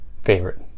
favorite